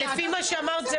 לפי מה שאמרת,